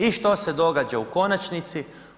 I što se događa u konačnici?